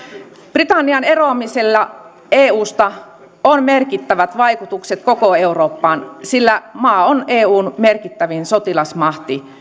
britannian eroamisella eusta on merkittävät vaikutukset koko eurooppaan sillä maa on eun merkittävin sotilasmahti